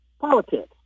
politics